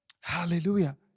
Hallelujah